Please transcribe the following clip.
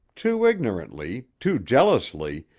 too ignorantly, too jealously,